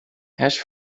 hash